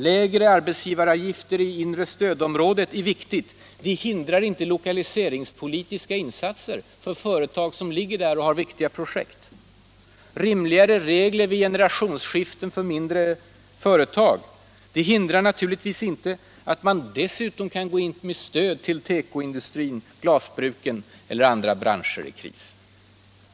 Lägre arbetsgivaravgifter i det inre stödområdet är viktiga — de hindrar inte lokaliseringspolitiska insatser till företag inom området som har viktiga projekt. Införandet av rimligare regler vid generationsskiften för mindre företag hindrar naturligtvis inte att man samtidigt stöder tekoindustrin, glasbruken eller andra branscher i kris.